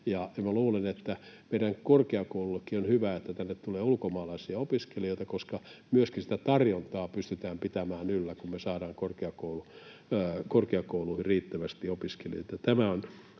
luulen, että meidän korkeakouluillekin on hyvä, että tänne tulee ulkomaalaisia opiskelijoita, koska sitä tarjontaa pystytään myöskin pitämään yllä, kun me saadaan korkeakouluihin riittävästi opiskelijoita.